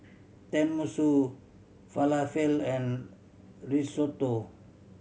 Tenmusu Falafel and Risotto